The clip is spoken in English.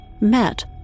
met